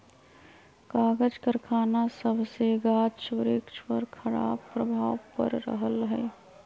कागज करखना सभसे गाछ वृक्ष पर खराप प्रभाव पड़ रहल हइ